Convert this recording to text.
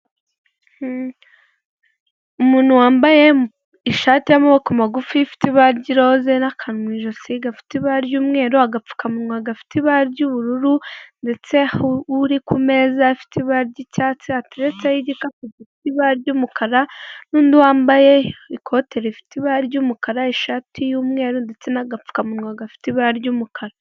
Umuntu wambaye ishati y'amaboko magufi ifite ibara ry'iroze n'akanwa ijosi gafite ibara ry'umweru agapfukamunwa gafite ibara ry'ubururu ndetse uri ku meza afite ibara ry'icyatsi atetseho igikapu gifite ibara ry'umukara n'undi wambaye ikote rifite ibara ry'umukara ishati y'umweru ndetse n'agapfukamunwa gafite ibara ry'umukara.